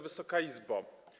Wysoka Izbo!